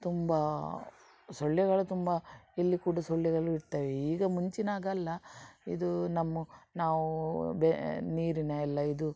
ತುಂಬ ಸೊಳ್ಳೆಗಳು ತುಂಬ ಇಲ್ಲಿ ಕೂಡ ಸೊಳ್ಳೆಗಳು ಇರ್ತವೆ ಈಗ ಮುಂಚಿನಾಗೆ ಅಲ್ಲ ಇದೂ ನಮ್ಮ ನಾವು ಬೇ ನೀರಿನೆಲ್ಲ ಇದು